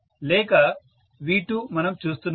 లేక V2 మనం చూస్తున్నది